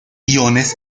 iones